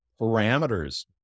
parameters